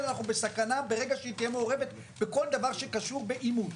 אנחנו בסכנה ברגע שהיא תהיה מעורבת בכל דבר שקשור בעימות.